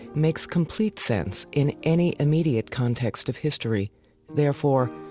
makes complete sense in any immediate context of history therefore,